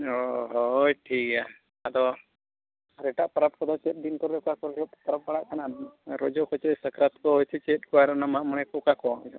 ᱦᱳᱭ ᱦᱳᱭ ᱴᱷᱤᱠ ᱜᱮᱭᱟ ᱟᱫᱚ ᱟᱨ ᱮᱴᱟᱜ ᱯᱟᱨᱟᱵᱽ ᱠᱚᱫᱚ ᱪᱮᱫ ᱫᱤᱱ ᱠᱚᱨᱮᱜ ᱚᱠᱟ ᱠᱚᱨᱮᱜ ᱦᱩᱭᱩᱜ ᱯᱟᱨᱟᱵᱽ ᱵᱟᱲᱟᱜ ᱠᱟᱱᱟ ᱨᱚᱡᱟ ᱠᱚᱥᱮ ᱥᱟᱠᱨᱟᱛ ᱠᱚ ᱪᱮᱫ ᱠᱚ ᱟᱨ ᱚᱱᱮ ᱢᱟᱜᱽ ᱢᱚᱬᱮ ᱠᱚ ᱚᱠᱟ ᱠᱚ